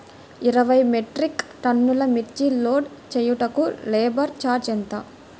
ఇరవై మెట్రిక్ టన్నులు మిర్చి లోడ్ చేయుటకు లేబర్ ఛార్జ్ ఎంత?